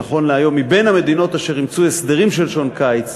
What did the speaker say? שנכון להיום היא בין המדינות אשר אימצו הסדרים של שעון קיץ,